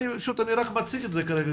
אני רק מציג את זה כרגע.